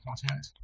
content